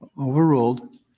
overruled